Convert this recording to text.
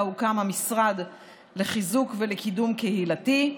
ובה הוקם המשרד לחיזוק ולקידום קהילתי.